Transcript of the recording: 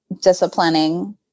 disciplining